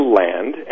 land